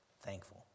thankful